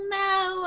now